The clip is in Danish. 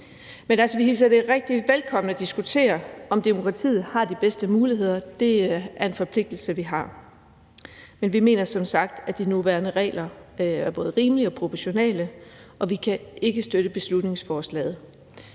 Men vi hilser det rigtig velkommen at diskutere, om demokratiet har de bedste muligheder. Det er en forpligtelse, vi har, men vi mener som sagt, at de nuværende regler både er rimelige og proportionale, og vi kan ikke støtte beslutningsforslaget.